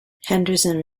henderson